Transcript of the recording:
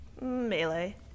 melee